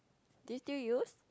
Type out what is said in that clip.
did you use